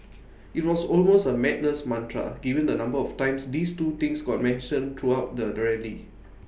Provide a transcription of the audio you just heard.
IT was almost A madness mantra given the number of times these two things got mentioned throughout the rally